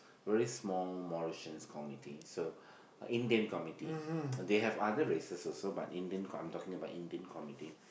very small Mauritius committee so uh Indian committee they have other races also but Indian I'm talking about Indian committee